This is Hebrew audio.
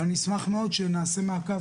ואני אשמח מאוד שנעשה מעקב,